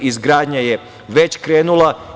Izgradnja je već krenula.